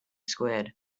squid